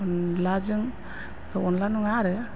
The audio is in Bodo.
अनलाजों अनला नङा आरो